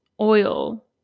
oil